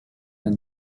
and